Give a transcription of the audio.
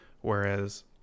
whereas